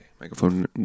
microphone